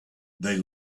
they